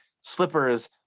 slippers